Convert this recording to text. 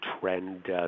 trend